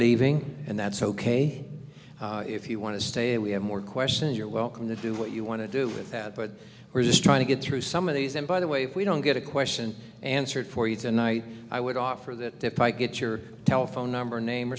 leaving and that's ok if you want to stay we have more questions you're welcome to do what you want to do with that but we're just trying to get through some of these and by the way if we don't get a question answered for you tonight i would offer that if i get your telephone number name or